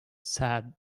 sad